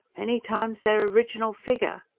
many times their original figure!